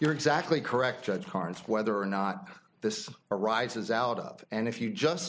you're exactly correct judge carnes whether or not this arises out of and if you just